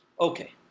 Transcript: Okay